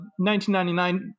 1999